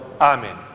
Amen